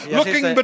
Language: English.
looking